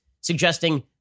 suggesting